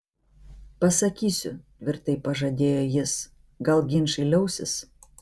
pasakysiu tvirtai pažadėjo jis gal ginčai liausis